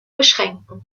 beschränken